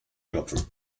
klopfen